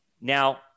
Now